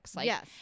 Yes